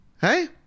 hey